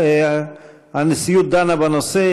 הנשיאות דנה בנושא,